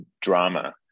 drama